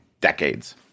decades